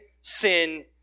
sin